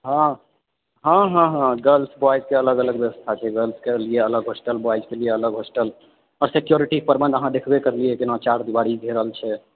हँ हँ हँ हँ गर्ल्स बॉइजके अलग अलग व्यवस्था छै गर्ल्सके लिए अलग हॉस्टल बॉइजके लिए अलग हॉस्टल आओर सिक्योरिटी प्रबन्ध अहाँ देखबे करलियै जेना चारि देबारी घेरल छै